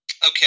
Okay